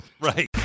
right